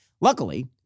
Luckily